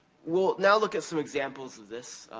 we'll now look at some examples of this.